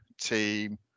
team